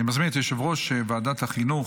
אני מזמין את יושב-ראש ועדת החינוך,